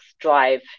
drive